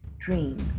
dreams